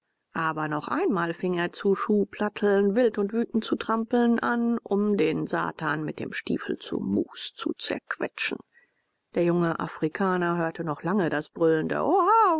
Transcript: aber noch einmal fing er zu schuhplatteln wild und wütend zu trampeln an um den satan mit dem stiefel zu mus zu zerquetschen der junge afrikaner hörte noch lange das brüllende